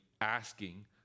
asking